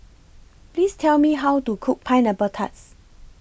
Please Tell Me How to Cook Pineapple Tarts